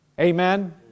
Amen